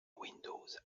windows